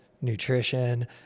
nutrition